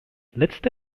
letzte